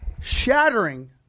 shattering